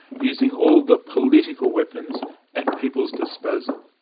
using all the political weapons at people's disposal!